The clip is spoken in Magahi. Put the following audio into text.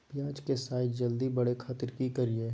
प्याज के साइज जल्दी बड़े खातिर की करियय?